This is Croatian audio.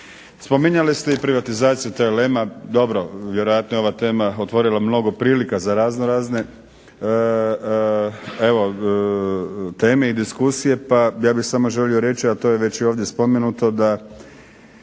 Spominjali ste i privatizaciju TLM-a, dobro vjerojatno je ova tema otvorila mnogo prilika za raznorazne evo teme i diskusija pa ja bih samo želio reći, a to je već i ovdje spomenuto da